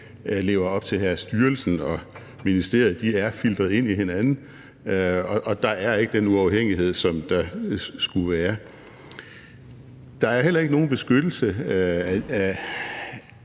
lever op til her. Styrelsen og ministeriet er filtret ind i hinanden, og der er ikke den uafhængighed, som der skulle være. Der er heller ikke nogen beskyttelse i